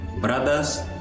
brothers